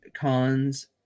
cons